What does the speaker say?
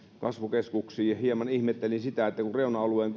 kasvukeskuksiin niin hieman ihmettelin sitä että kun reuna alueen